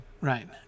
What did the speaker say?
Right